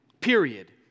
period